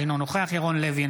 אינו נוכח ירון לוי,